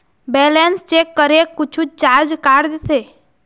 Balance check करें कुछू charge काट देथे?